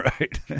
Right